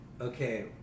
okay